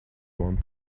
want